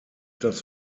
das